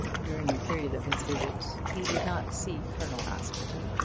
during the period of his visit he did not see colonel askerton,